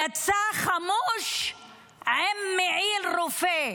יצא חמוש עם מעיל רופא.